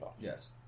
Yes